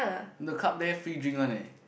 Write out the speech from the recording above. the club there free drink one leh